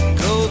go